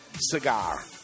cigar